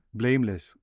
blameless